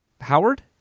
Howard